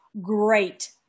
great